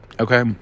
Okay